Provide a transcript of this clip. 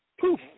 poof